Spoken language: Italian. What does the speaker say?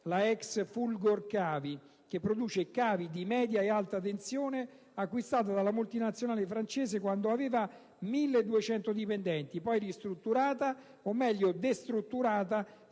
la ex Fulgorcavi, che produce cavi di media e alta tensione, acquistata dalla multinazionale francese quando aveva 1.200 dipendenti, poi ristrutturata, o meglio destrutturata,